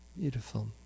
Beautiful